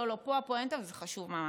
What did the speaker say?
לא, לא, פה הפואנטה, וזה חשוב ממש.